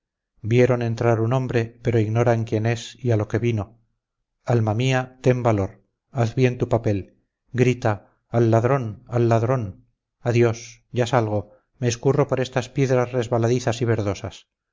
vieron entrar un hombre pero ignoran quién es y a lo que vino alma mía ten valor haz bien tu papel grita al ladrón al ladrón adiós ya salgo me escurro por estas piedras resbaladizas y verdosas